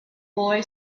boy